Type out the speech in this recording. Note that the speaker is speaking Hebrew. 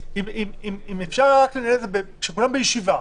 בו, כולם בישיבה,